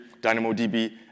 DynamoDB